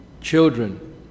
children